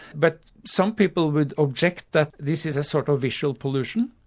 but some people will object that this is a sort of visual pollution.